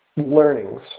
Learnings